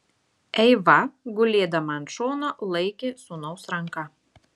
eiva gulėdama ant šono laikė sūnaus ranką